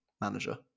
manager